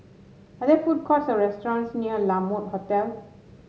are there food courts or restaurants near La Mode Hotel